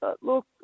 Look